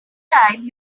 time